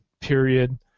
period